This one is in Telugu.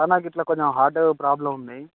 సార్ నాకు ఇట్లా కొంచెం హార్ట్ ప్రాబ్లమ్ ఉంది